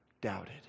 doubted